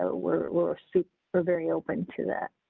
ah we're, we're, so we're very open to that.